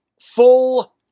full